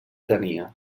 tenia